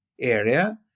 area